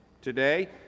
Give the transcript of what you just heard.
today